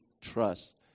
trust